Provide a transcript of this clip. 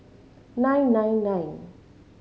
nine nine nine